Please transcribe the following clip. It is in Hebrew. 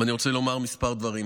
ואני רוצה לומר כמה דברים.